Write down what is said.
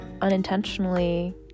unintentionally